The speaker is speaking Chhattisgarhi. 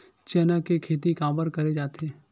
चना के खेती काबर करे जाथे?